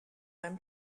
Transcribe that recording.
them